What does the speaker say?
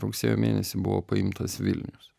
rugsėjo mėnesį buvo paimtas vilnius